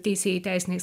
teisėjai teisiniais